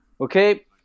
Okay